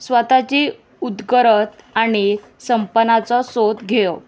स्वताची उदगरत आनी संपन्नाचो सोद घेवप